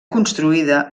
construïda